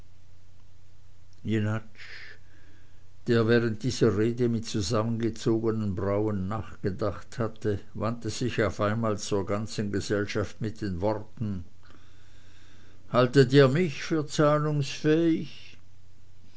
der während dieser rede mit zusammengezogenen brauen nachgedacht hatte wandte sich auf einmal zur ganzen gesellschaft mit den worten haltet ihr mich für zahlungsfähig